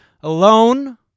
alone